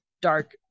dark